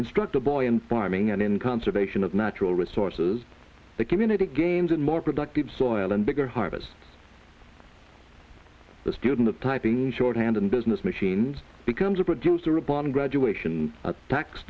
instructor boy and farming and in conservation of natural resources the community games in more productive soil and bigger harvests the student of typing shorthand and business machines becomes a producer of bottom graduation tax